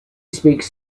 speaks